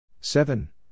Seven